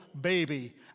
baby